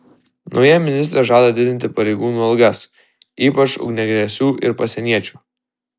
nauja ministrė žada didinti pareigūnų algas ypač ugniagesių ir pasieniečių